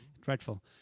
Dreadful